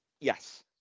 Yes